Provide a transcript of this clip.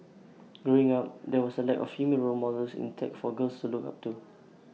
growing up there was A lack of female role models in tech for girls to look up to